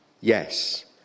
Yes